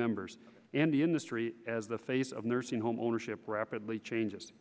members and the industry as the face of nursing home ownership rapidly changes